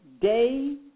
day